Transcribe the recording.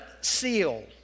seal